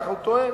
כך הוא טוען.